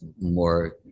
more